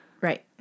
Right